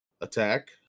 Attack